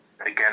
again